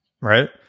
Right